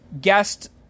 guest